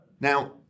Now